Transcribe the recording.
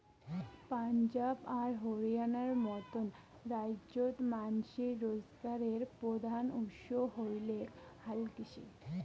পাঞ্জাব আর হরিয়ানার মতন রাইজ্যত মানষির রোজগারের প্রধান উৎস হইলেক হালকৃষি